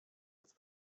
els